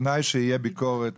בתנאי שתהיה ביקורת